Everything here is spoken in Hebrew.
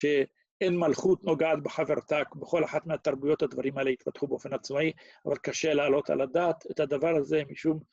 שאין מלכות נוגעת בחברתה, בכל אחת מהתרבויות הדברים האלה התפתחו באופן עצמאי, אבל קשה להעלות על הדעת את הדבר הזה משום...